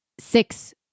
six